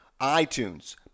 iTunes